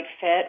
fit